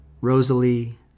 Rosalie